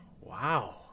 wow